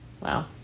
Wow